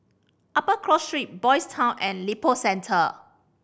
Upper Cross Street Boys' Town and Lippo Centre